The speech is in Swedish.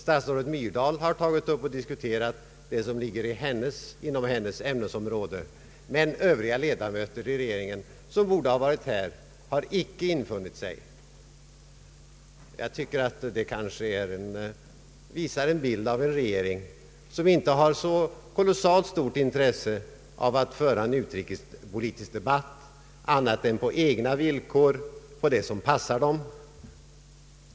Statsrådet Myrdal har tagit upp och diskuterat det som ligger inom hennes ämnesområde, men övriga ledamöter av regeringen som borde ha varit närvarande under debatten har icke infunnit sig. Jag tycker att detta visar en bild av en regering som inte har så stort intresse av att föra en utrikespolitisk debatt annat än på egna villkor och i frågor som passar den.